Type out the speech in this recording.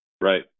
Right